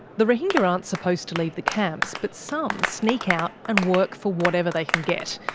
the rohingya aren't supposed to leave the camps. but some sneak out and work for whatever they can get.